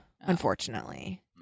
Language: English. unfortunately